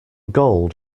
gold